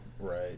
right